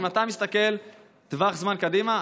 אם אתה מתסכל לטווח זמן קדימה,